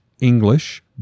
English